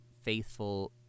faithful